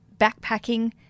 backpacking